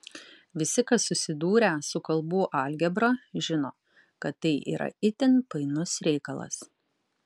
visi kas susidūrę su kalbų algebra žino kad tai yra itin painus reikalas